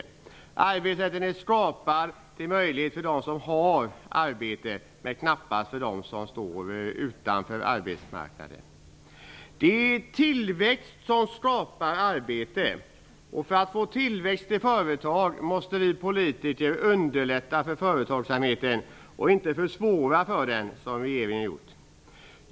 Arbetsrätten är skapad för dem som har arbete men knappast för dem som står utanför arbetsmarknaden. Det är tillväxt som skapar arbete. För att få tillväxt i företag måste vi politiker underlätta för företagsamheten och inte försvåra för den, som regeringen har gjort.